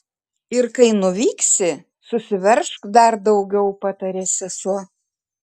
ir kai nuvyksi susiveržk dar daugiau patarė sesuo